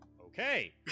okay